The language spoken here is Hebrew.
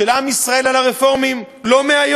של עם ישראל, על הרפורמים, לא מהיום.